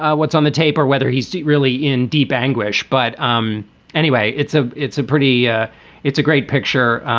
ah what's on the tape or whether he's really in deep anguish. but um anyway, it's ah it's a pretty ah it's a great picture.